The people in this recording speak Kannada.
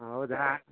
ಹೌದಾ